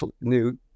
new